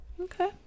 okay